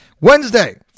Wednesday